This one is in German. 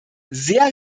sehr